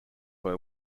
her